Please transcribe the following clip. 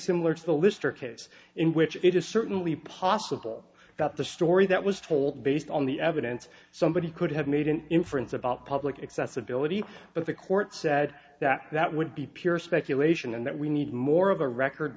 similar to the lister case in which it is certainly possible that the story that was told based on the evidence somebody could have made an inference about public accessability but the court said that that would be pure speculation and that we need more of a record